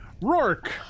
Rourke